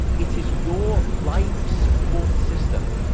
it is your life-support system,